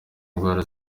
indwara